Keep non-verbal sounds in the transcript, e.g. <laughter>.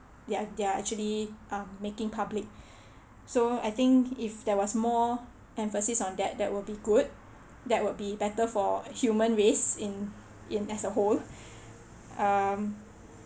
they're they're actually um making public <breath> so I think if there was more emphasis on that that would be good that would be better for human risk in in as whole <laughs> um